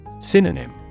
Synonym